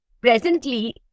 presently